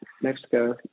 Mexico